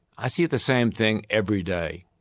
i see the same thing every day.